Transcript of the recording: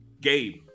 Gabe